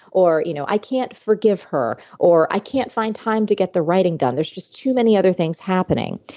or you know i can't forgive her or i can't find time to get the writing done. there's just too many other things happening.